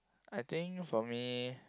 I think for me